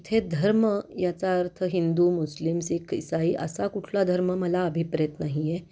इथे धर्म याचा अर्थ हिंदू मुस्लिम सिख इसाई असा कुठला धर्म मला अभिप्रेत नाही आहे